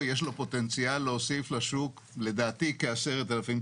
יש לך בניינים קיימים לא פעילים.